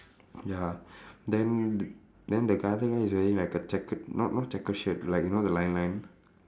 ya then then the other guy is wearing like a checkered not not checkered shirt like you know the line line